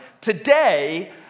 Today